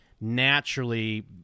naturally